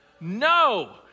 No